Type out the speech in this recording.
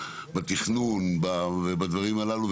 התכנון והדברים הללו,